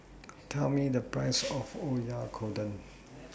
Tell Me The Price of Oyakodon